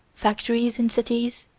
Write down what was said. factories in cities,